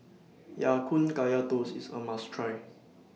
Ya Kun Kaya Toast IS A must Try